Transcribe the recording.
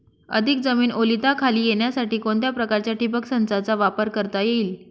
अधिक जमीन ओलिताखाली येण्यासाठी कोणत्या प्रकारच्या ठिबक संचाचा वापर करता येईल?